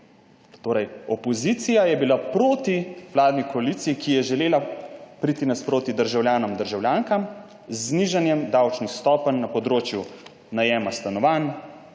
temu. Opozicija je bila torej proti vladni koaliciji, ki je želela priti naproti državljanom, državljankam z znižanjem davčnih stopenj na področju najema stanovanj,